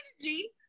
energy